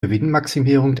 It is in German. gewinnmaximierung